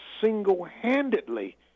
single-handedly –